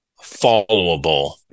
followable